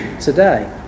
today